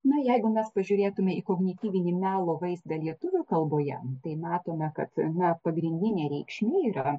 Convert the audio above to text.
na jeigu mes pažiūrėtume į kognityvinį melo vaizdą lietuvių kalboje tai matome kad na pagrindinė reikšmė yra